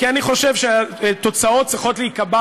כי אני חושב שהתוצאות צריכות להיקבע